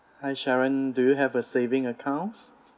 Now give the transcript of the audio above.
hi sharon do you have a saving accounts